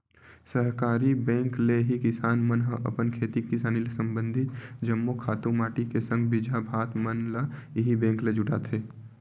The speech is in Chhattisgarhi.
सहकारी बेंक ले ही किसान मन ह अपन खेती किसानी ले संबंधित जम्मो खातू माटी के संग बीजहा भात मन ल इही बेंक ले जुटाथे